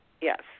Yes